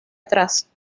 atrás